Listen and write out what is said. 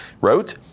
wrote